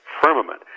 firmament